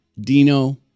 dino